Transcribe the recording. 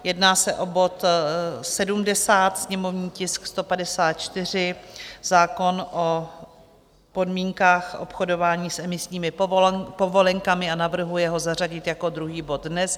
Jedná se o bod 70, sněmovní tisk 154, zákon o podmínkách obchodování s emisními povolenkami, a navrhuje ho zařadit jako druhý bod dnes.